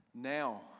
Now